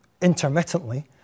intermittently